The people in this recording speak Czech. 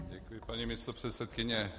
Děkuji, paní místopředsedkyně.